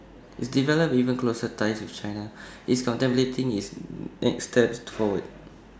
it's developed even closer ties with China it's contemplating its next steps forward